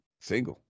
single